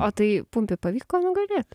o tai pumpį pavyko nugalėt